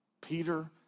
Peter